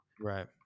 Right